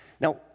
Now